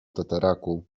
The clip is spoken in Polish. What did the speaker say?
tataraku